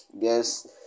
guess